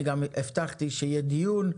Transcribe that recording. ואני גם הבטחתי שיהיה דיון.